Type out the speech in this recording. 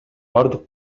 бардык